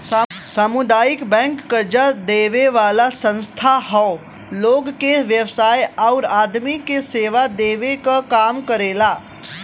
सामुदायिक बैंक कर्जा देवे वाला संस्था हौ लोग के व्यवसाय आउर आदमी के सेवा देवे क काम करेला